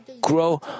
grow